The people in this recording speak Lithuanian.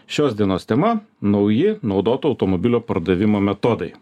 šios dienos tema nauji naudoto automobilio pardavimo metodai